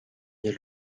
nie